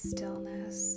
stillness